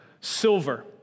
silver